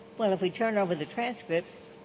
well, if we turn over the transcript,